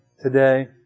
today